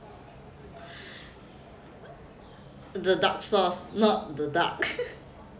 the dark sauce not the duck